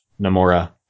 Namora